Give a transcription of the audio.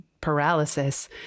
Paralysis